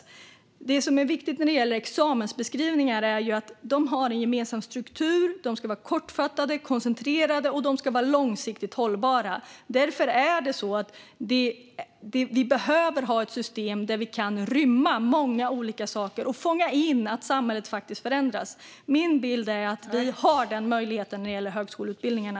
Det som är viktigt när det gäller examensbeskrivningar är ju att de har en gemensam struktur. De ska vara kortfattade, koncentrerade och långsiktigt hållbara. Därför behöver vi ha ett system där vi kan inrymma många olika saker och fånga in att samhället faktiskt förändras. Min bild är att vi har den möjligheten när det gäller högskoleutbildningarna.